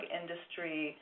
industry